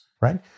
right